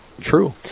True